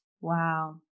Wow